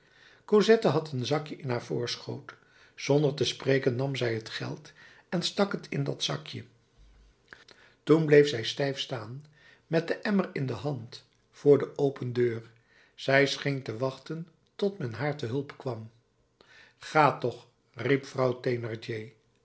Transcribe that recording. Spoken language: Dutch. cosette had een zakje in haar voorschoot zonder te spreken nam zij het geld en stak het in dat zakje toen bleef zij stijf staan met den emmer in de hand voor de open deur zij scheen te wachten tot men haar te hulp kwam ga toch riep vrouw